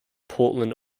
portland